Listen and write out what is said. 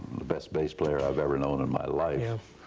the best bass player i've ever known in my life,